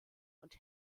und